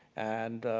and